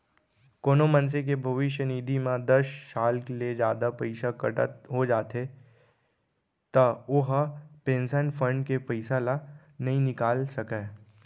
कोनो मनसे के भविस्य निधि म दस साल ले जादा पइसा कटत हो जाथे त ओ ह पेंसन फंड के पइसा ल नइ निकाल सकय